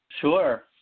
Sure